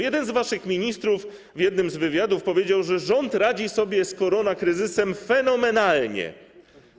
Jeden z waszych ministrów w jednym z wywiadów powiedział, że rząd radzi sobie z koronakryzysem fenomenalnie.